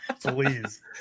Please